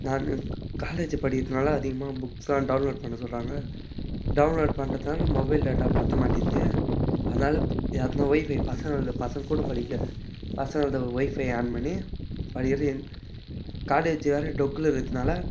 நான் காலேஜ் படிக்கிறதனால அதிகமாக புக்ஸ்லாம் டவுன்லோடு பண்ண சொல்கிறாங்க டவுன்லோடு பண்ணுறதுனால மொபைல் டேட்டா பத்தமாட்டேன்து அதனால யார்ட்டனா ஒய்ஃபை பசங்களோடது பசங்கள் கூடப்படிக்கிற பசங்கள்ட ஒய்ஃபை ஆன் பண்ணி காலேஜி வேற டொக்கில் இருக்குறதுனால